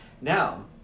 Now